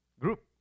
group